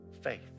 faith